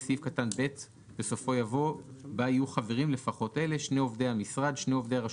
ובסופו יבוא "היתר כאמור טעון הסכמת מנהל הרשות